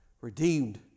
redeemed